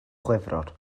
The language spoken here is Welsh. chwefror